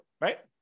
right